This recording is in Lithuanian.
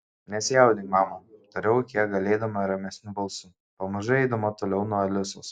nesijaudink mama tariau kiek galėdama ramesniu balsu pamažu eidama toliau nuo alisos